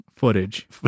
footage